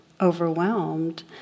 overwhelmed